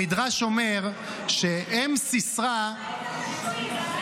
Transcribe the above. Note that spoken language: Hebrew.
המדרש אומר שאם סיסרא --- מה עם התקציב?